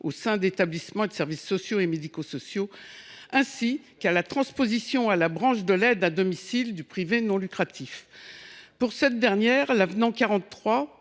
au sein d’établissements et de services sociaux et médico sociaux, ainsi que de les transposer à la branche de l’aide à domicile (BAD) du secteur privé non lucratif. Pour cette dernière, l’avenant 43,